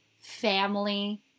family